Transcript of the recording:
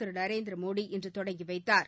திரு நரேந்திரமோடி இன்று தொடங்கி வைத்தாா்